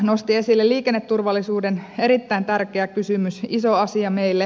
nosti esille liikenneturvallisuuden erittäin tärkeä kysymys iso asia meille